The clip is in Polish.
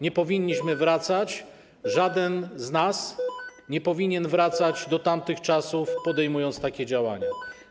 Nie powinniśmy wracać, żaden z nas nie powinien wracać do tamtych czasów, podejmując takie działania.